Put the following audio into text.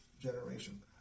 generation